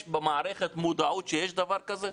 יש במערכת מודעות שיש דבר כזה?